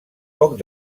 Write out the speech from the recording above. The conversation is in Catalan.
poc